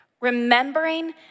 Remembering